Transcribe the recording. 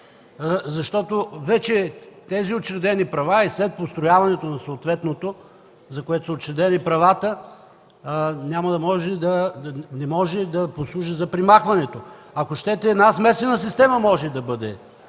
защото с тези учредени права след построяването на съответното, за което са учредени правата, не може да послужи за премахването. Ако щете, смесена система може да бъде